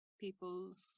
people's